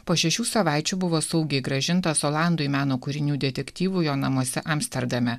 po šešių savaičių buvo saugiai grąžintas olandui meno kūrinių detektyvo jo namuose amsterdame